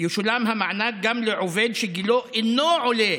שישולם המענק גם לעובד שגילו אינו עולה